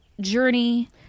journey